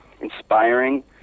inspiring